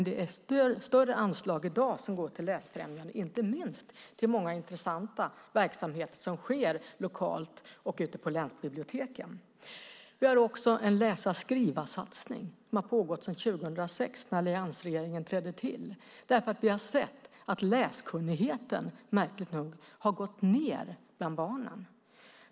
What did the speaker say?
Det är större anslag som i dag går till läsfrämjandet, inte minst till många intressanta verksamheter som sker lokalt och ute på länsbiblioteken. Vi har en läsa-skriva-räkna-satsning. Den har pågått sedan 2006 när alliansregeringen tillträdde. Vi har sett att läskunnigheten, märkligt nog, gått ned bland barnen.